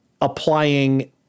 applying